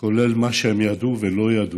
כולל מה שהם ידעו ולא ידעו,